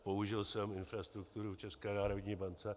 Použil jsem infrastrukturu v České národní bance.